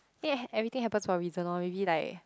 think everything happens for a reason lor maybe like